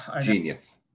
genius